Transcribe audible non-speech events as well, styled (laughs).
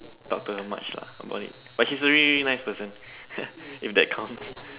talk to her much lah about it but she's a really really really nice person (laughs) if that counts